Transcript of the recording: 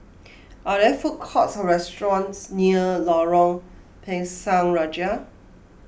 are there food courts or restaurants near Lorong Pisang Raja